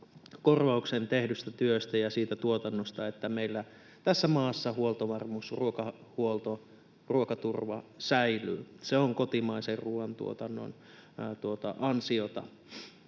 korvauksen tehdystä työstä ja siitä tuotannosta, että meillä tässä maassa huoltovarmuus, ruokahuolto, ruokaturva säilyvät. Se on kotimaisen ruoantuotannon ansiota.